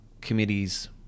committees